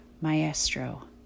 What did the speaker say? Maestro